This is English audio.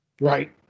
Right